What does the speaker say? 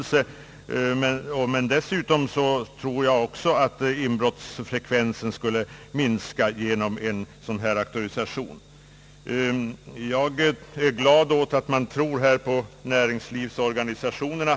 För min del tror jag dessutom att inbrottsfrekvensen skulle minska. Jag är glad åt att man här tror på näringslivsorganisationerna.